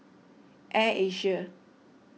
Air Asia